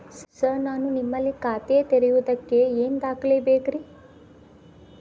Sir ನಾನು ನಿಮ್ಮಲ್ಲಿ ಖಾತೆ ತೆರೆಯುವುದಕ್ಕೆ ಏನ್ ದಾಖಲೆ ಬೇಕ್ರಿ?